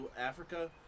Africa